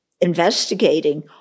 investigating